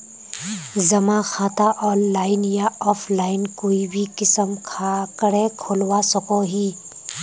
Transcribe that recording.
जमा खाता ऑनलाइन या ऑफलाइन कोई भी किसम करे खोलवा सकोहो ही?